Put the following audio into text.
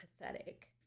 pathetic